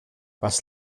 was